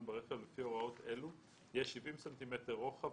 ברכב לפי הוראות אלו יהיה 70 סנטימטרים רוחב,